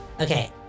Okay